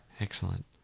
Excellent